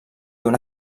una